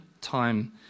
time